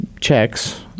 checks